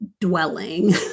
Dwelling